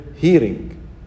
hearing